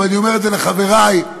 אבל אני אומר את זה לחברי ולכנסת: